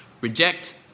reject